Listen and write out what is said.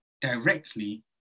directly